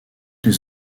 les